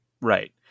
Right